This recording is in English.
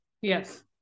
Yes